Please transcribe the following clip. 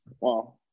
Wow